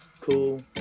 Cool